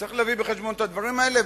צריך להביא בחשבון את הדברים האלה,